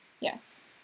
yes